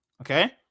Okay